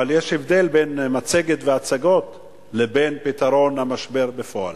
אבל יש הבדל בין מצגת והצגות לבין פתרון המשבר בפועל.